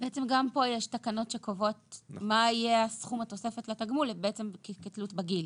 גם כאן יש תקנות שקובעות מה יהיה סכום התוספת לתגמול כהסתכלות על הגיל.